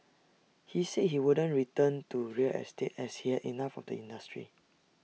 he said he wouldn't return to real estate as he had enough of the industry